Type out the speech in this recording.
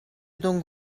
donc